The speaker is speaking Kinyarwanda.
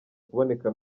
kuboneka